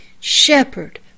shepherd